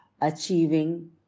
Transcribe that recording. achieving